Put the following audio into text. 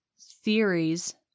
theories